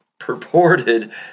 purported